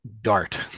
dart